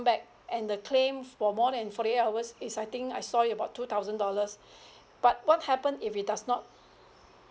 back and the claim for more than forty eight hours is I think I saw is about two thousand dollars but what happen if it does not